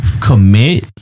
commit